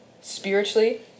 Spiritually